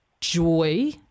joy